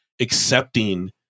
accepting